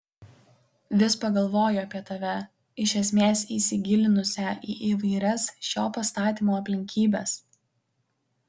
vis pagalvoju apie tave iš esmės įsigilinusią į įvairias šios pastatymo aplinkybes